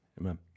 Amen